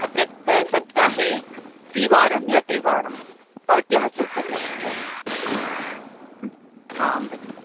प्रत् सप्ताहे द्विवारं या त्रिवारं भवत्याः सौकर्यं आं भगिनि